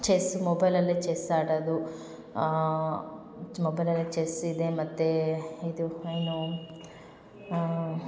chess ಮೊಬೈಲಲ್ಲೆ chess ಆಡೋದು ಚ್ ಮೊಬೈಲಲ್ಲೆ ಚಸ್ ಇದೆ ಮತ್ತು ಇದು ಏನು ಆಂ